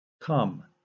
Come